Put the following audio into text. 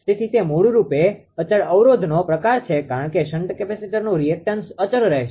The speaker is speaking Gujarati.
તેથી તે મૂળરૂપે અચળ અવરોધનો પ્રકાર છે કારણ કે શન્ટ કેપેસિટરનુ રીએક્ટન્સreactanceપ્રતિક્રિયા અચળ રહેશે